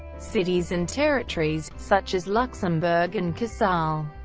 cities and territories, such as luxembourg and casale,